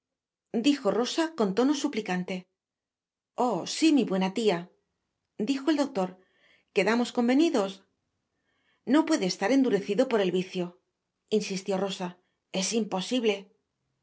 dijo llosa con tono suplicante oh si mi buena tia dijo el doctor quedamos convenidos no puede estar endurecido por el vicio insistió rosa es imposible